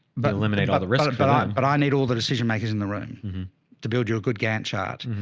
but eliminated by the rest it. but um but i need all the decision makers in the room to build you a good gantt chart.